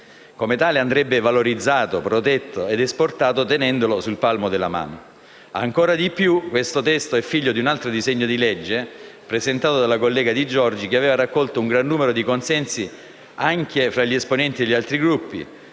Come tale andrebbe valorizzato, protetto e esportato tenendolo sul palmo della mano. Ancora di più questo testo è figlio di un altro disegno di legge, presentato dalla collega Di Giorgi, che aveva raccolto un gran numero di consensi anche tra gli esponenti degli altri Gruppi